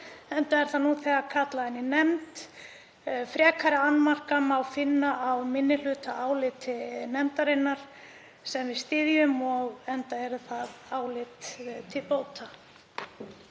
enda hefur það nú þegar verið kallað inn í nefnd. Frekari annmarka má finna í minnihlutaáliti nefndarinnar sem við styðjum enda er það álit til bóta.